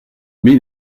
mais